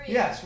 Yes